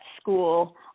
school